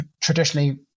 traditionally